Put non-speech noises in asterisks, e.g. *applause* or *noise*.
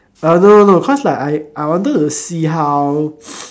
uh no no no cause like I I wanted to see how *noise*